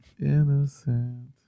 innocent